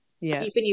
Yes